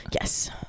yes